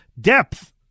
Depth